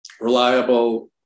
reliable